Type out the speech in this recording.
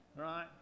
right